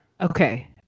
okay